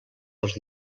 dels